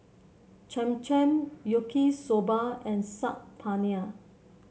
Cham Cham Yaki Soba and Saag Paneer